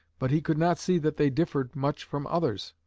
but he could not see that they differed much from others.